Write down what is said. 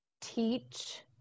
teach